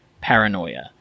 paranoia